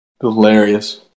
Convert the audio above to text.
Hilarious